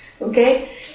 okay